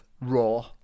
raw